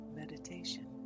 meditation